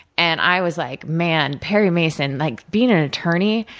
and i was like, man, perry mason, like being an attorney,